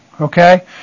okay